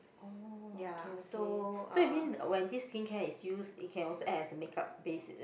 oh okay okay so you mean when this skincare is used it can also act as a make up base is it